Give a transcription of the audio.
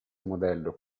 modello